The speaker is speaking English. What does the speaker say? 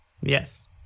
Yes